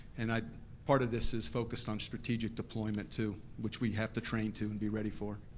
and part of this is focused on strategic deployment, too, which we have to train to and be ready for.